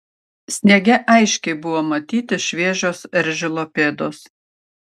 sniege aiškiai buvo matyti šviežios eržilo pėdos